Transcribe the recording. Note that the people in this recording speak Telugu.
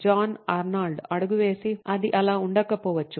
జాన్ ఆర్నాల్డ్ అడుగు వేసి హ్మ్ అది అలా ఉండకపోవచ్చు